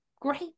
great